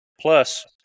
Plus